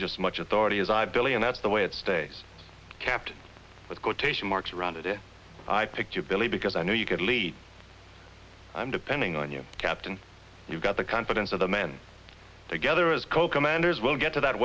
you just much authority as i billion that's the way it stays kept with quotation marks around it i picked you believe because i know you could lead i'm depending on you captain you've got the confidence of the men together as co commanders will get to that